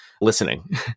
listening